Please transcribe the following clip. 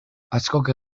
askok